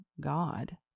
God